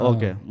Okay